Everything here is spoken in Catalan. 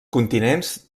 continents